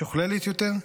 משוכללת יותר?